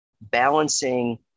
balancing